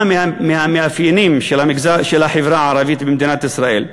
מהמאפיינים של החברה הערבית במדינת ישראל: